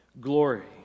glory